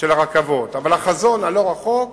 אבל החזון הלא-רחוק,